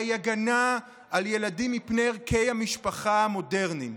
היא הגנה על ילדים מפני ערכי המשפחה המודרניים.